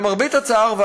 למרבה הצער,